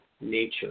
nature